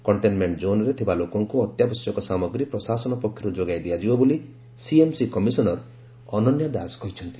କକ୍କେନମେଙ୍କ ଜୋନରେ ଥିବା ଲୋକଙ୍କୁ ଅତ୍ୟାବଶ୍ୟକ ସାମଗ୍ରୀ ପ୍ରଶାସନ ପକ୍ଷରୁ ଯୋଗାଇ ଦିଆଯିବ ବୋଲି ସିଏମସି କମିଶନର ଅନନ୍ୟା ଦାସ କହିଛନ୍ତି